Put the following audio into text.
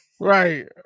Right